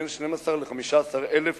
בין 12,000 ל-15,000,